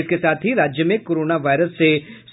इसके साथ ही राज्य में कोरोना वायरस से